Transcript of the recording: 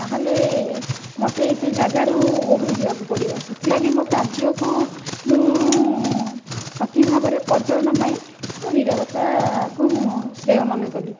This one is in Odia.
ତାହେଲେ ମୋତେ ସେ ଜାଗାରୁ ଓହରି ଯିବାକୁ ପଡ଼ିବ ସେଥିଲାଗି ମୋ କାର୍ଯ୍ୟକୁ ମୁଁ ସଠିକ ଭାବରେ ପରିଚାଳନା ପାଇଁ ମୁଁ ନୀରବତାକୁ ମୁଁ ଶ୍ରେୟ ମନେ କଲି